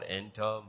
enter